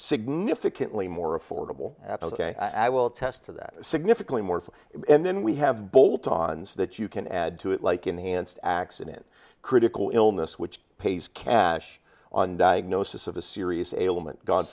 significantly more affordable i will attest to that significantly more for it and then we have bolt ons that you can add to it like enhanced accident critical illness which pays cash on diagnosis of a serious ailment god